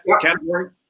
category